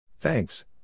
Thanks